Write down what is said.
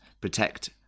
protect